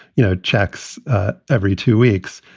you know, checks every two weeks.